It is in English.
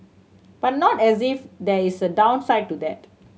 but not as if there is a downside to that